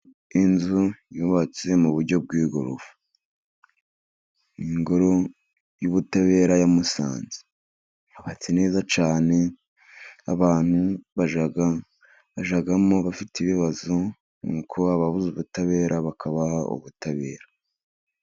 Inzu yubatse mu buryo bw'igorofa. Ni Ingoro y'Ubutabera ya Musanze. Yubatse neza cyane, abantu bajyamo bafite ibibazo, nuko ababuze ubutabera bakabaha ubutabera.